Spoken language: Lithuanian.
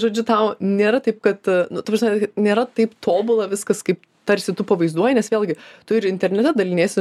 žodžiu tau nėra taip kad nu ta prasme nėra taip tobula viskas kaip tarsi tu pavaizduoji nes vėlgi tu ir internete daliniesi